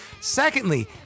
Secondly